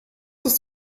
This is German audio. ist